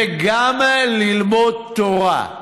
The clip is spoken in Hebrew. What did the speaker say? וגם ללמוד תורה.